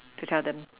to tell them